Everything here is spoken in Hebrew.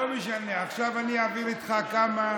לא משנה, עכשיו אני אעביר איתך כמה